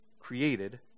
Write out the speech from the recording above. Created